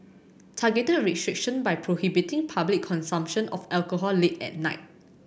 targeted restriction by prohibiting public consumption of alcohol late at night